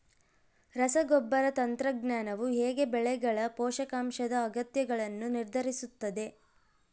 ರಸಗೊಬ್ಬರ ತಂತ್ರಜ್ಞಾನವು ಹೇಗೆ ಬೆಳೆಗಳ ಪೋಷಕಾಂಶದ ಅಗತ್ಯಗಳನ್ನು ನಿರ್ಧರಿಸುತ್ತದೆ?